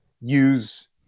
Use